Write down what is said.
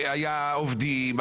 היו עובדים.